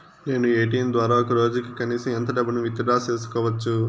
నేను ఎ.టి.ఎం ద్వారా ఒక రోజుకి కనీసం ఎంత డబ్బును విత్ డ్రా సేసుకోవచ్చు?